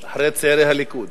זה אחרי צעירי הליכוד.